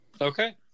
okay